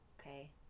Okay